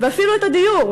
ואפילו את הדיור,